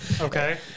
Okay